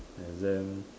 exam